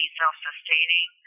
self-sustaining